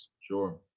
Sure